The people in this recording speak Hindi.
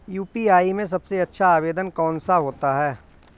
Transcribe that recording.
यू.पी.आई में सबसे अच्छा आवेदन कौन सा होता है?